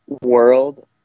world